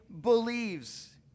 believes